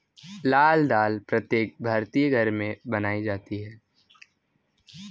लाल दाल प्रत्येक भारतीय घर में बनाई जाती है